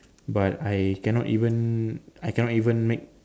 but I cannot even I cannot even make